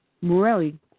Morelli